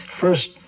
First